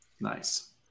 Nice